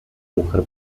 mujer